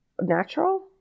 natural